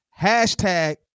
Hashtag